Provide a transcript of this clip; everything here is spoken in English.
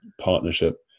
partnership